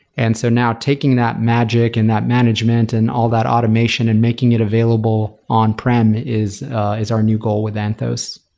and so now taking that magic and that management and all that automation and making it available on-prem is is our new goal with anthos.